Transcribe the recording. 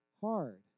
hard